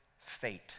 fate